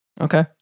Okay